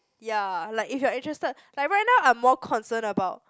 ya like if you are interested like right now I'm more concern about